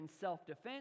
self-defense